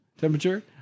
Temperature